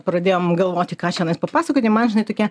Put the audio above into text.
pradėjom galvoti ką čianais papasakoti man žinai tokia